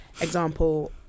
example